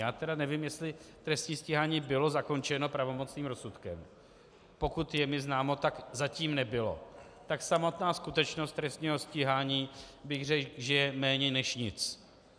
Já tedy nevím, jestli trestní stíhání bylo zakončeno pravomocným rozsudkem, pokud je mi známo, tak zatím nebylo, tak samotná skutečnost trestního stíhání, bych řekl, že je méně než nic.